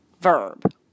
verb